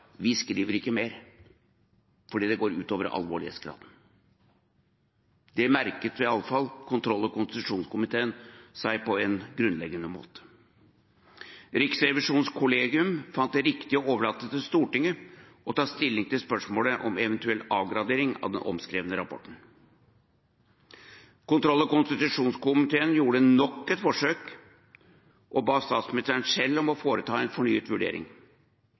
vi skriver ikke mer, fordi det går ut over alvorlighetsgraden. Det merket iallfall kontroll- og konstitusjonskomiteen seg på en grunnleggende måte. Riksrevisjonens kollegium fant det riktig å overlate til Stortinget å ta stilling til spørsmålet om eventuell avgradering av den omskrevne rapporten. Kontroll- og konstitusjonskomiteen gjorde nok et forsøk og ba statsministeren selv om å foreta en fornyet vurdering.